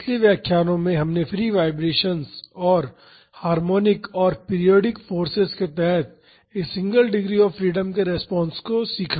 पिछले व्याख्यानों में हमने फ्री वाईब्रेशन्स और हार्मोनिक और पीरियाडिक फोर्सेज के तहत एक सिंगल डिग्री ऑफ़ फ्रीडम के रेस्पॉन्सेस को सीखा